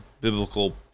biblical